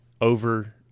over